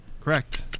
Correct